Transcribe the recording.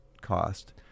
cost